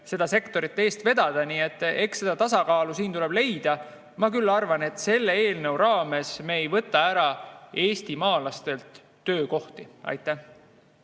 seda sektorit eest vedada. Nii et eks see tasakaal siin tuleb leida. Mina küll arvan, et selle eelnõuga me ei võta eestimaalastelt töökohti ära. Aitäh!